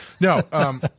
No